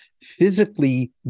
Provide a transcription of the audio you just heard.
physically